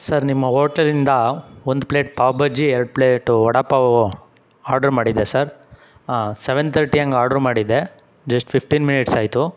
sir ನಿಮ್ಮ ಹೋಟೆಲಿಂದ ಒಂದು ಪ್ಲೇಟ್ ಪಾವ್ ಭಾಜಿ ಎರಡು ಪ್ಲೇಟು ವಡಾ ಪಾವ್ ಆರ್ಡ್ರ್ ಮಾಡಿದ್ದೆ ಸರ್ ಸೆವೆನ್ ತರ್ಟಿ ಹಂಗ್ ಆರ್ಡ್ರ್ ಮಾಡಿದ್ದೆ ಜಸ್ಟ್ ಫಿಫ್ಟೀನ್ ಮಿನಿಟ್ಸ್ ಆಯಿತು